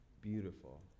beautiful